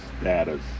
status